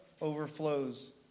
overflows